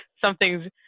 something's